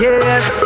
Yes